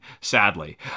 Sadly